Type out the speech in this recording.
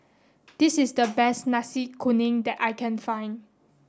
this is the best Nasi Kuning that I can find